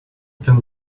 can